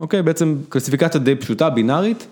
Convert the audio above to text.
אוקיי, בעצם קלסיפיקציה די פשוטה, בינארית.